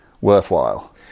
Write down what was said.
worthwhile